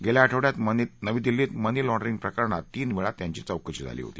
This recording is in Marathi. गेल्या आठव ्यात नवी दिल्लीत मनी लाँड्रिंग प्रकरणात तीन वेळा त्यांची चौकशी झाली होती